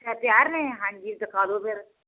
ਹੈ ਤਿਆਰ ਨੇ ਹਾਂਜੀ ਦਿਖਾ ਦਿਓ ਫਿਰ